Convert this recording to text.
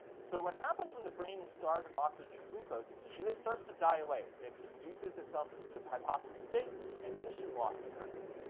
so what happens when the brain is starved of oxygen and glucose is it starts to die away. it it induces itself into this hypoxic state and tissue loss occurs.